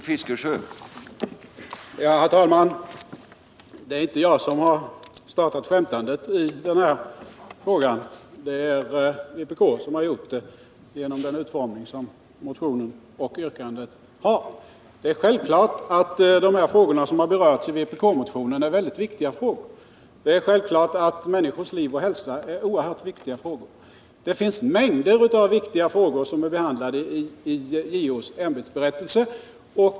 Herr talman! Det är inte jag som startat skämtandet i denna fråga. Det är vpk som gjort detta genom den utformning som motionen och yrkandet har fått. Det är självklart att de frågor som berörts i vpk-motionen om människors liv och hälsa är viktiga frågor. Det finns mängder av viktiga frågor som är behandlade i JO:s ämbetsberättelse.